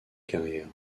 carrière